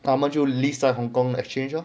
他们就 list 在 hong-kong exchange lor